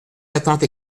l’attente